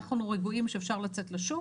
אנחנו רגועים שאפשר לצאת לשוק